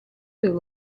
per